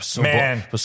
man